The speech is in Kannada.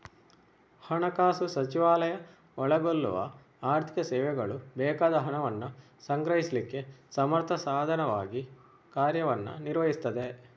ಹಣಕಾಸು ಸಚಿವಾಲಯ ಒಳಗೊಳ್ಳುವ ಆರ್ಥಿಕ ಸೇವೆಗಳು ಬೇಕಾದ ಹಣವನ್ನ ಸಂಗ್ರಹಿಸ್ಲಿಕ್ಕೆ ಸಮರ್ಥ ಸಾಧನವಾಗಿ ಕಾರ್ಯವನ್ನ ನಿರ್ವಹಿಸ್ತದೆ